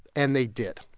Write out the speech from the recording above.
and they did.